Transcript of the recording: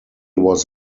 was